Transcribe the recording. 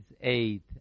eight